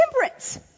Temperance